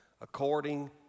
according